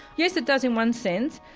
yes it does in one sense,